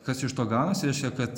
kas iš to gaunasi reiškia kad